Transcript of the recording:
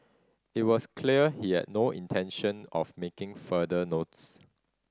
it was clear he had no intention of making further notes